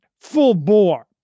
full-bore